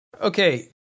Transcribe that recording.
Okay